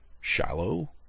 shallow